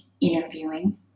interviewing